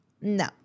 No